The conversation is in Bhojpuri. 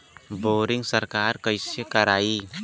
बोरिंग सरकार कईसे करायी?